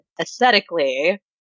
aesthetically